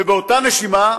ובאותה נשימה,